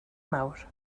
nawr